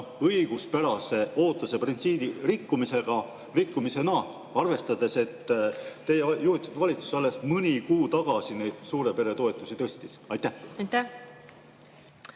õiguspärase ootuse printsiibi rikkumisena, arvestades, et teie juhitud valitsus alles mõni kuu tagasi suure pere toetusi tõstis? Aitäh!